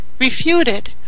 refuted